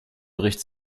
bericht